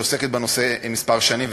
שעוסקת בנושא כמה שנים,